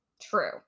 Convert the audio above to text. True